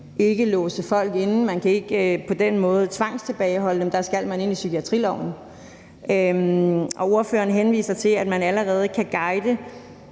ikke låse folk inde; man kan ikke på den måde tvangstilbageholde dem – der skal man ind i psykiatriloven. Ordføreren henviser til, at man allerede kan guide;